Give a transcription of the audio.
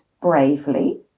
bravely